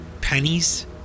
Pennies